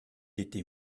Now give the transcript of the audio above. était